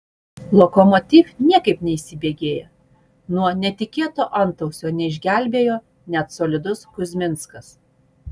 lokomotiv niekaip neįsibėgėja nuo netikėto antausio neišgelbėjo net solidus kuzminskas